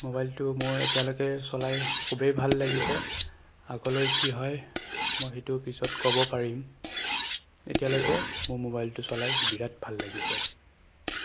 মোবাইলটো মোৰ এতিয়ালৈকে চলাই খুবেই ভাল লাগিছে আগলৈ কি হয় মই সেইটো পিছত ক'ব পাৰিম এতিয়ালৈকে মোৰ মোবাইলটো চলাই বিৰাট ভাল লাগিছে